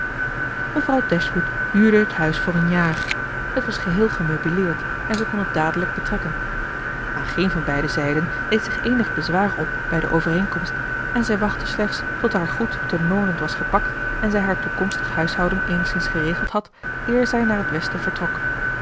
mevrouw dashwood huurde het huis voor een jaar het was geheel gemeubileerd en zij kon het dadelijk betrekken aan geen van beide zijden deed zich eenig bezwaar op bij de overeenkomst en zij wachtte slechts tot haar goed te norland was gepakt en zij haar toekomstig huishouden eenigszins geregeld had eer zij naar het westen vertrok